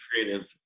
creative